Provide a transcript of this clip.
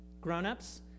grown-ups